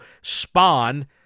spawn